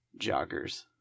joggers